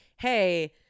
hey